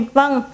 vâng